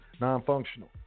Non-functional